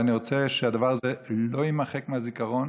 ואני רוצה שהדבר הזה לא יימחק מהזיכרון